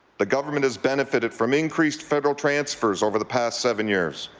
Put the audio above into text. the government has benefited from increased federal transfers over the past seven years.